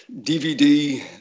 DVD